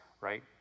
right